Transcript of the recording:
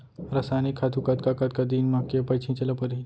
रसायनिक खातू कतका कतका दिन म, के पइत छिंचे ल परहि?